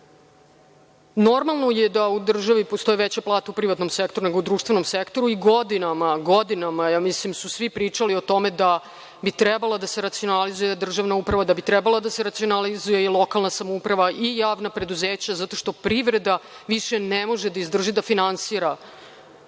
je da u državi postoji veća plata u privatnom sektoru, nego u društvenom sektoru. Godinama, godinama, ja mislim da su svi pričali o tome da bi trebalo da se racionalizuje državna uprava, da bi trebalo da se racionalizuje i lokalna samouprava i javna preduzeća zato što privreda više ne može da izdrži da finansira